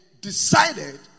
decided